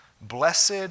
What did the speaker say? Blessed